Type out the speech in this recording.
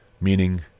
meaning